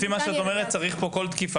לפי מה שאת אומרת צריך כאן כל תקיפה